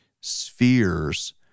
spheres